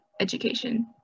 education